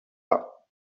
pas